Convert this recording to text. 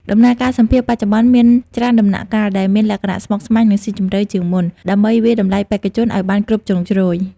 ដំណើរការសម្ភាសន៍បច្ចុប្បន្នមានច្រើនដំណាក់កាល ដែលមានលក្ខណៈស្មុគស្មាញ និងស៊ីជម្រៅជាងមុន ដើម្បីវាយតម្លៃបេក្ខជនឲ្យបានគ្រប់ជ្រុងជ្រោយ។